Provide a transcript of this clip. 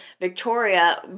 Victoria